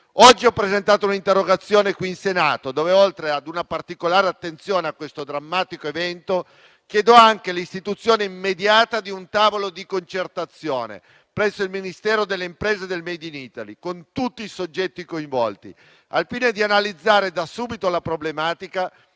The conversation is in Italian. Oggi ho presentato un'interrogazione qui in Senato, nella quale oltre ad una particolare attenzione a questo drammatico evento, chiedo anche l'istituzione immediata di un tavolo di concertazione presso il Ministero delle imprese e del *made in Italy*, con tutti i soggetti coinvolti al fine di analizzare da subito la problematica